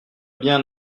bien